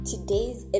Today's